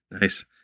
Nice